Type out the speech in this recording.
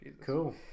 Cool